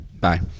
Bye